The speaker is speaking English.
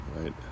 right